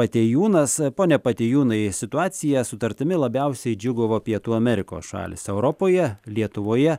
patėjūnas pone patėjūnai situacija sutartimi labiausiai džiūgavo pietų amerikos šalys europoje lietuvoje